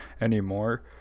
anymore